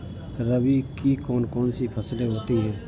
रबी की कौन कौन सी फसलें होती हैं?